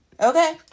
okay